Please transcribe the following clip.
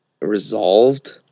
resolved